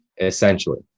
Essentially